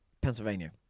Pennsylvania